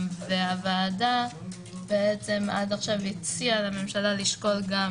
הוועדה עד כה הציעה לממשלה לשקול גם